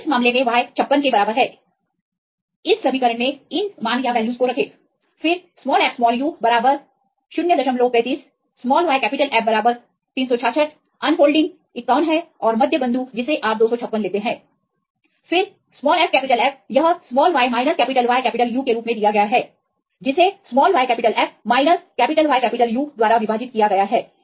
तो इस मामले में y 56 है इस समीकरण में इस मान को प्रतिस्थापित करें फिर fu 035 yF 366 अनफोल्डिंग 51 है और मध्य बिंदु जिसे आप 256 लेते हैं फिर fF यह y YU के रूप में दिया गया है जिसे yF YU द्वारा विभाजित किया गया है